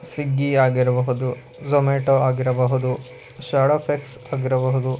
ಸ್ವಿಗ್ಗಿ ಆಗಿರಬಹುದು ಝೊಮ್ಯಾಟೊ ಆಗಿರಬಹುದು ಶಾಡೋಫ್ಯಾಕ್ಸ್ ಆಗಿರಬಹುದು